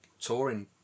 touring